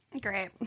Great